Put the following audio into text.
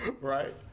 right